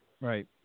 Right